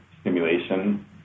stimulation